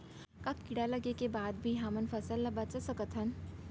का कीड़ा लगे के बाद भी हमन फसल ल बचा सकथन?